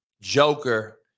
Joker